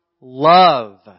love